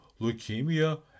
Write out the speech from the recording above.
leukemia